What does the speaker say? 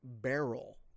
barrel